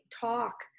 talk